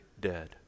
dead